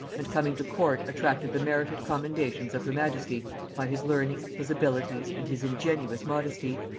and coming to court attracted the merited commendations of her majesty by his learning, his abilities, and his ingenuous modesty.